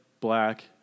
black